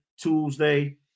Tuesday